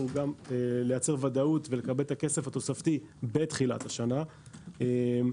גם לייצר ודאות ולקבל את הכסף התוספתי בתחילת השנה נגיע